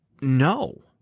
No